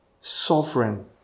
sovereign